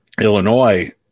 Illinois